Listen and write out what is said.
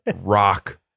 rock